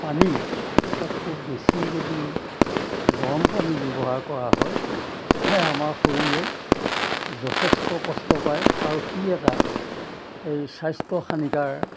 পানী এতিয়া খুব বেছি যদি গৰম পানী ব্যৱহাৰ কৰা হয় আমাৰ শৰীৰে যথেষ্ট কষ্ট পায় আৰু সি এটা এই স্বাস্থ্য হানিকাৰ